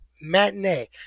matinee